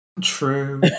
True